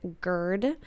GERD